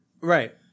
Right